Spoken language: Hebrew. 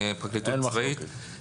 פרקליטות צבאית --- אין מחלוקת.